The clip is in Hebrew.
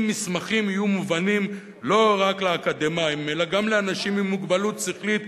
אם מסמכים יהיו מובנים לא רק לאקדמאים אלא גם לאנשים עם מוגבלות שכלית,